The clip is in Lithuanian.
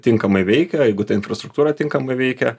tinkamai veikia jeigu ta infrastruktūra tinkamai veikia